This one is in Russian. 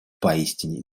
поистине